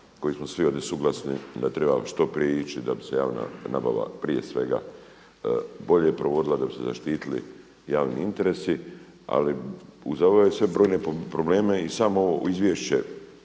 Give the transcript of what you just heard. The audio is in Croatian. koji smo svi ovdje suglasni da treba što prije ići da bi se javna nabava prije svega bolje provodila, da bi se zaštitili javni interesi ali uz ove sve brojne probleme i samo ovo izvješće